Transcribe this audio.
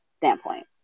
standpoint